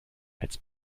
als